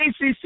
ACC